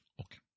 Okay